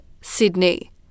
Sydney